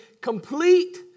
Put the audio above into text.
complete